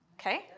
Okay